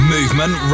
Movement